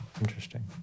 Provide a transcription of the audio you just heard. interesting